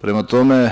Prema tome,